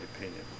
opinion